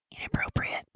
Inappropriate